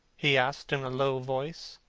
he asked in a low voice.